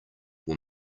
were